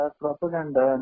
propaganda